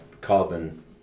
carbon